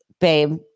babe